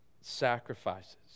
sacrifices